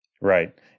right